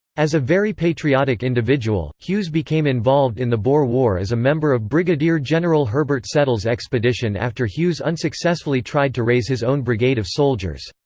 as a very patriotic individual, hughes became involved in the boer war as a member of brigadier-general herbert settle's expedition after hughes unsuccessfully tried to raise his own brigade of soldiers.